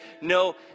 no